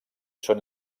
són